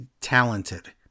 talented